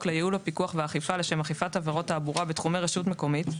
לייעול הפיקוח והאכיפה לשם אכיפת עבירות תעבורה בתחומי רשות מקומית,